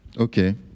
Okay